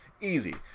Easy